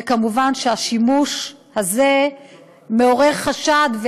ומובן שהשימוש הזה מעורר חשד,